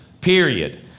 period